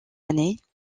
années